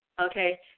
okay